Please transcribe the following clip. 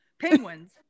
penguins